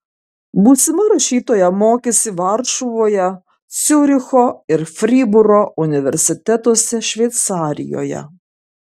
būsima rašytoja mokėsi varšuvoje ciuricho ir fribūro universitetuose šveicarijoje